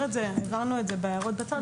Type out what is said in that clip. העברנו את זה בהערות בצד.